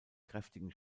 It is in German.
kräftigen